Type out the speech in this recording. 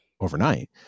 overnight